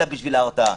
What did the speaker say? אלא בשביל ההרתעה.